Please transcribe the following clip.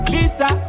Lisa